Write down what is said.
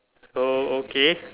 so okay